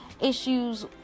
Issues